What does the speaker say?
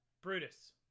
Brutus